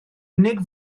unig